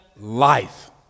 life